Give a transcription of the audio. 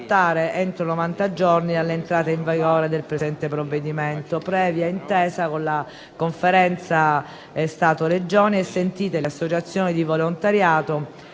entro novanta giorni dall'entrata in vigore del presente provvedimento, previa intesa con la Conferenza Stato-Regioni, sentite le associazioni di volontariato